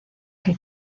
que